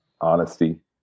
honesty